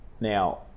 Now